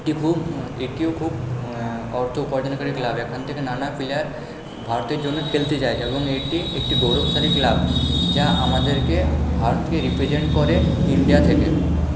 এটি খুব এটিও খুব অর্থ উপার্জনকারী ক্লাব এখান থেকে নানা প্লেয়ার ভারতের জন্য খেলতে যায় এবং এটি একটি গৌরবশালী ক্লাব যা আমাদেরকে ভারতকে রিপ্রেজেন্ট করে ইন্ডিয়া থেকে